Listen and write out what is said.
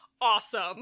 awesome